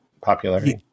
popularity